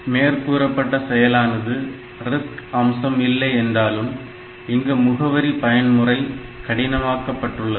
மேற்கூறப்பட்ட செயலானது RISC அம்சம் இல்லை என்றாலும் இங்கு முகவரி பயன்முறை கடினமாக்கப்பட்டுள்ளது